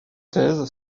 thèse